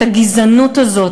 את הגזענות הזאת,